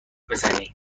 بزنی